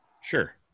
sure